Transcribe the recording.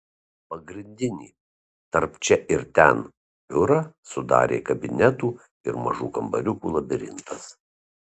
pagrindinį tarp čia ir ten biurą sudarė kabinetų ir mažų kambariukų labirintas